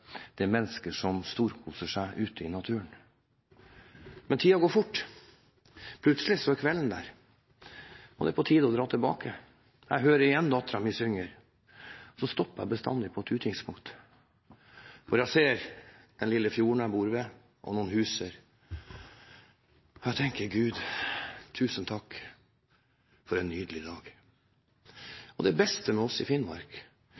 det er mennesker som storkoser seg ute i naturen. Men tiden går fort, plutselig er kvelden der og det er på tide å dra tilbake. Jeg hører igjen datteren min synge. Så stopper jeg bestandig på et utkikkspunkt, hvor jeg ser den lille fjorden jeg bor ved og noen hus, og jeg tenker: Gud, tusen takk for en nydelig dag. Det beste med oss i Finnmark